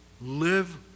live